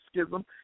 schism